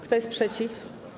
Kto jest przeciw?